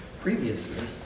previously